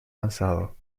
lanzado